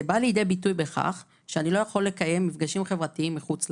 זה בא לידי ביטוי בכך שאני לא יכול לקיים מפגשים חברתיים מחוץ לעיר,